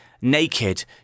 naked